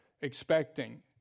expecting